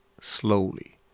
slowly